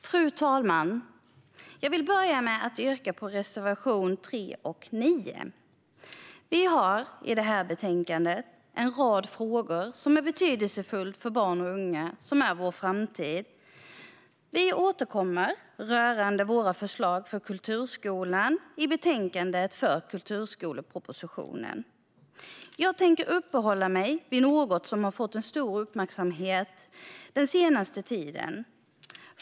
Fru talman! Jag vill börja med att yrka bifall till reservationerna 3 och 9. Vi har i detta betänkande en rad frågor som är betydelsefulla för barn och unga, som är vår framtid. Vi återkommer rörande våra förslag för kulturskolan i betänkandet för kulturskolepropositionen. Jag tänker uppehålla mig vid något som har fått stor uppmärksamhet den senaste tiden.